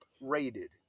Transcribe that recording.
rated